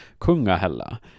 Kungahella